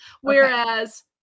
Whereas